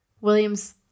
Williams